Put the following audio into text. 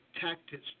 tactics